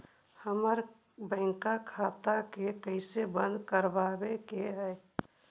हमर बैंक खाता के कैसे बंद करबाबे के है?